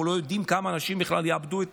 לא יודעים כמה אנשים בכלל יאבדו את